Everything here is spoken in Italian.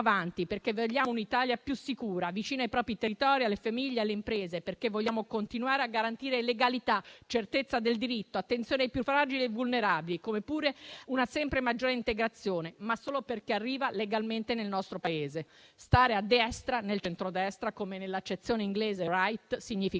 perché vogliamo un'Italia più sicura, vicina ai propri territori, alle famiglie, alle imprese; perché vogliamo continuare a garantire legalità, certezza del diritto, attenzione ai più fragili e vulnerabili, come pure una sempre maggiore integrazione, ma solo per chi arriva legalmente nel nostro Paese. Stare a destra, nel centrodestra, come nell'accezione inglese *right*, significa